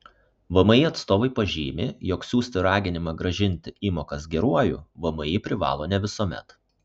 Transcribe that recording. vmi atstovai pažymi jog siųsti raginimą grąžinti įmokas geruoju vmi privalo ne visuomet